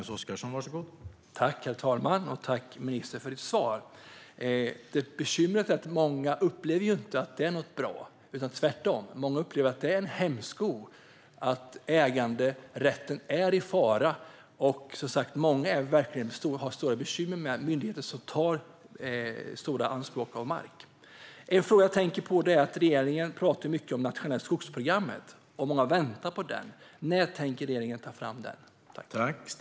Herr talman! Tack, ministern, för svaret! Bekymret är att många inte upplever att det här är något bra, utan tvärtom. Många upplever att det är en hämsko och att äganderätten är i fara. Många har som sagt stora bekymmer med myndigheter som tar stora anspråk på deras mark. En annan fråga jag tänkt på är att regeringen ofta talar om det nationella skogsprogrammet. Många väntar på det. När tänker regeringen ta fram det?